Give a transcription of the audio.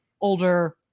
older